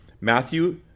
Matthew